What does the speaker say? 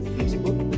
Facebook